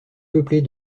peuplée